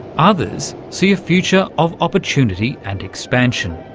others see a future of opportunity and expansion.